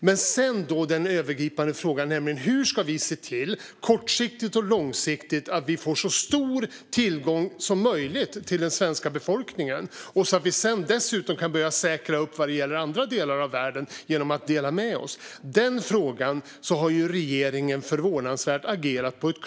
Men när det gäller den övergripande frågan - hur vi kortsiktigt och långsiktigt ska se till att vi får så stor tillgång på vaccin som möjligt till den svenska befolkningen och sedan dessutom kan börja säkra upp för andra delar av världen genom att dela med oss - har regeringen agerat på ett förvånansvärt klokt sätt.